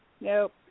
Nope